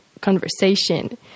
conversation